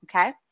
okay